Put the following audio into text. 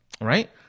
right